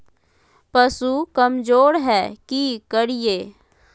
पशु कमज़ोर है कि करिये?